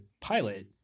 pilot